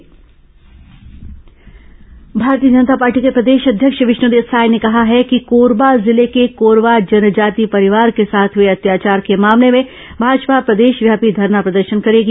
पहाडी कोरवा भाजपा भारतीय जनता पार्टी के प्रदेश अध्यक्ष विष्णुदेव साय ने कहा है कि कोरबा जिले के कोरवा जनजाति परिवार के साथ हुए अत्याचार के मामले में भाजपा प्रदेशव्यापी धरना प्रदर्शन करेगी